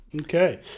Okay